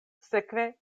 sekve